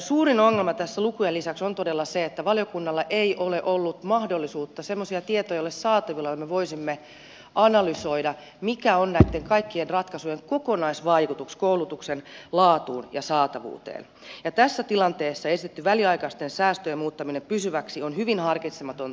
suurin ongelma tässä lukujen lisäksi on todella se että valiokunnalla ei ole ollut mahdollisuutta saada semmoisia tietoja niitä ei ole saatavilla joilla me voisimme analysoida mikä on näitten kaikkien ratkaisujen kokonaisvaikutus koulutuksen laatuun ja saatavuuteen ja tässä tilanteessa esitetty väliaikaisten säästöjen muuttaminen pysyviksi on hyvin harkitsematonta ja lyhytnäköistä